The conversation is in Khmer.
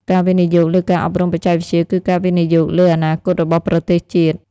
ការវិនិយោគលើការអប់រំបច្ចេកវិទ្យាគឺការវិនិយោគលើអនាគតរបស់ប្រទេសជាតិ។